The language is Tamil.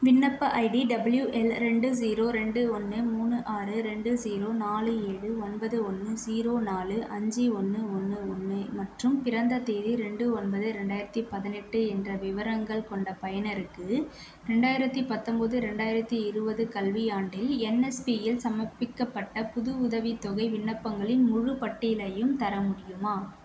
விண்ணப்ப ஐடி டபிள்யூஎல் ரெண்டு ஸீரோ ரெண்டு ஒன்று மூணு ஆறு ரெண்டு ஸீரோ நாலு ஏழு ஒன்பது ஒன்று ஸீரோ நாலு அஞ்சு ஒன்று ஒன்று ஒன்று மற்றும் பிறந்த தேதி ரெண்டு ஒன்பது ரெண்டாயிரத்தி பதினெட்டு என்ற விவரங்கள் கொண்ட பயனருக்கு ரெண்டாயிரத்தி பத்தொன்போது ரெண்டாயிரத்தி இருபது கல்வியாண்டில் என்எஸ்பியில் சமர்ப்பிக்கப்பட்ட புது உதவித்தொகை விண்ணப்பங்களின் முழுப்பட்டியலையும் தர முடியுமா